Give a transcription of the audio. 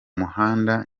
muhanda